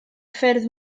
ffyrdd